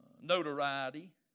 notoriety